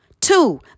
Two